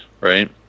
right